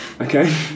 okay